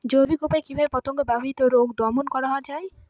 জৈবিক উপায়ে কিভাবে পতঙ্গ বাহিত রোগ দমন করা যায়?